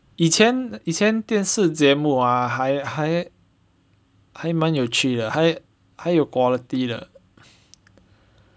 以前以前电视节目 ah 还还还蛮有趣的还还有 quality 的